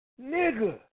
Nigga